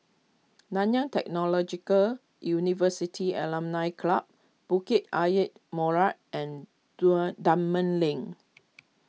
Nanyang Technological University Alumni Club Bukit Ayer Molek and Dunman Lane